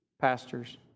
pastors